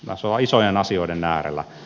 tässä ollaan isojen asioiden äärellä